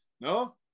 No